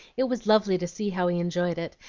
it was lovely to see how he enjoyed it,